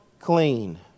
clean